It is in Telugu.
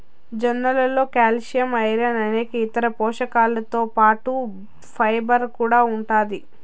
జొన్నలలో కాల్షియం, ఐరన్ అనేక ఇతర పోషకాలతో పాటు ఫైబర్ కూడా ఉంటాది